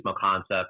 concept